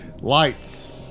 Lights